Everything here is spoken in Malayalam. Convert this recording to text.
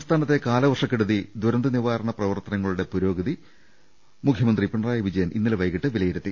സംസ്ഥാനത്തെ കാലവർഷക്കെടുതി ദുരന്ത നിവാരണ പ്രവർത്തനങ്ങളുടെ പുരോഗതി മുഖ്യമന്ത്രി പിണറായി വിജയൻ ഇന്നലെ വൈകീട്ട് വിലയിരുത്തി